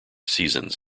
seasons